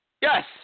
Yes